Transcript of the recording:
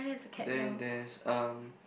then there's um